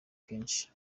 kenshi